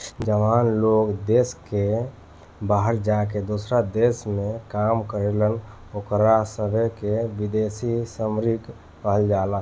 जवन लोग देश के बाहर जाके दोसरा देश में काम करेलन ओकरा सभे के विदेशी श्रमिक कहल जाला